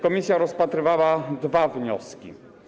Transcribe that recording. Komisja rozpatrywała dwa wnioski.